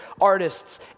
artist's